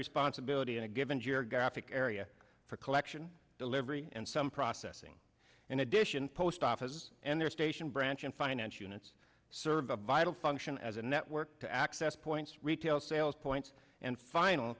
responsibility in a given year graphic area for collection delivery and some processing in addition post offices and their station branch and finance units serve a vital function as a network to access points retail sales points and final